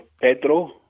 Pedro